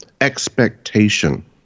expectation